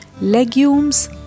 Legumes